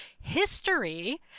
history